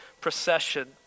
procession